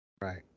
Right